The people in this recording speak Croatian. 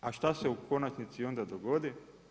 A šta se u konačnici onda dogodi?